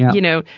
you know,